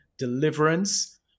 deliverance